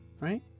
right